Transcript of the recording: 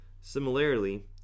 Similarly